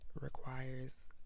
requires